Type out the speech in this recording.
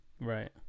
Right